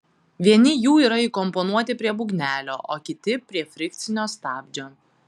vieni jų yra įkomponuoti prie būgnelio o kiti prie frikcinio stabdžio